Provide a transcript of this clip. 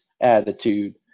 attitude